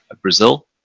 Brazil